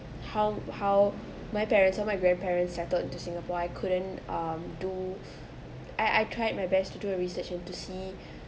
how how my parents or my grandparents settled into singapore I couldn't um do I I tried my best to do a research and to see